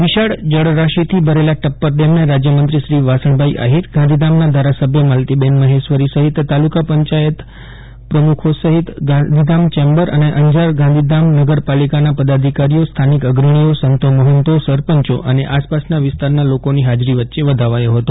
વિશાળ જળરાશીથી ભરેલાં ટપ્પર ડેમ ને રાજયમંત્રીશ્રી વાસણભાઈ આફિર ગાંધીધામના ધારાસભ્ય માલતીબેન મહેશ્વરી સહિત તાલુકા પંચાયત પ્રમુખો સહિત ગાંધીધામ ચેમ્બર અને અંજાર ગાંધીધામ નગરપાલિકાના પદાધિકારીઓ સ્થાનિક અગ્રણીઓ સંતો મહંતો સરપંચો અને આસપાસના વિસ્તારના લોકોની ફાજરી વચ્ચે વધાવાયો ફતો